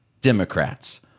Democrats